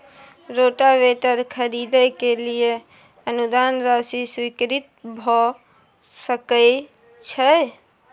Rotavator खरीदे के लिए अनुदान राशि स्वीकृत भ सकय छैय?